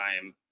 time